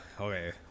okay